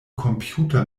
computer